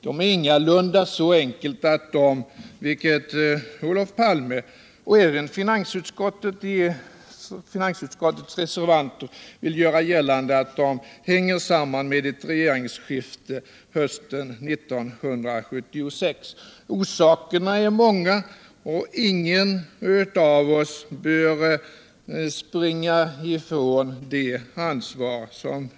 Det är ingalunda så enkelt att de — som Olof Palme och även finansutskottets reservanter vill göra gällande — hänger samman med ett regeringsskifte hösten 1976. Orsakerna är många och ingen av oss kan springa ifrån ansvaret.